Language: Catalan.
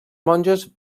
monjos